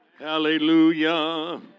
Hallelujah